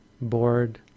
bored